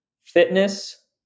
fitness